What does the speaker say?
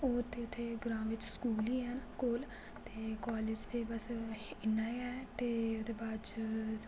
होर ते इत्थै ग्रां बिच स्कूल ही हैन कोल ते कालेज ते बस इन्ना गे ऐ ते ओह्दे बाच